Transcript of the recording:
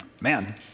Man